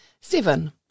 Seven